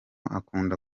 akunda